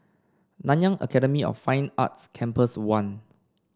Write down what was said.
Nanyang Academy of Fine Arts Campus One